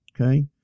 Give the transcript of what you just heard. okay